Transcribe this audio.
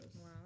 Wow